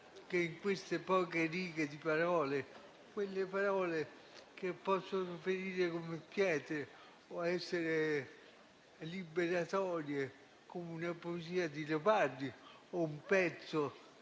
che in queste poche parole, quelle parole che possono ferire come pietre o essere liberatorie come una poesia di Leopardi o un pezzo